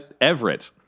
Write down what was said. Everett